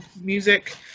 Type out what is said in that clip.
Music